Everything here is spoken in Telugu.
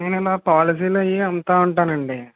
నేను ఇలా పోలసీలు అవి అమ్ముతూ ఉంటానండి